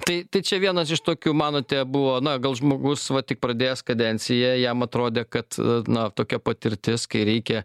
tai tai čia vienas iš tokių manote buvo na gal žmogus va tik pradėjęs kadenciją jam atrodė kad na tokia patirtis kai reikia